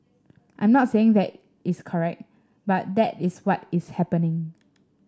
I'm not saying that is correct but that is what is happening